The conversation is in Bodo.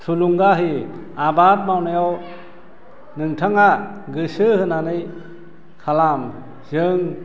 थुलुंगा होयो आबाद मावनायाव नोंथाङा गोसो होनानै खालाम जों